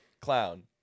clown